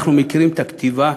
אנחנו מכירים את הכתיבה.